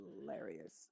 Hilarious